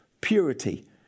Purity